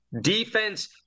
defense